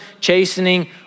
chastening